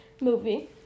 movie